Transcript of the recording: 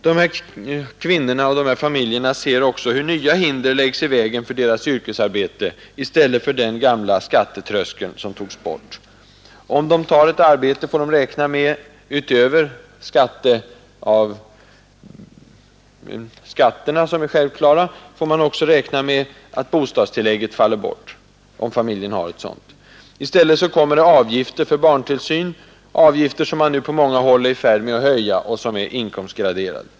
Dessa kvinnor ser också hur nya hinder läggs i vägen för deras yrkesarbete i stället för den gamla skattetröskeln som togs bort. Om kvinnorna tar ett arbete får de räkna med, utöver skatterna, att bostadstillägget faller bort om familjen har ett sådant. I stället kommer avgifter för barntillsyn, avgifter som man nu på många håll är i färd med att höja och som är inkomstgraderade.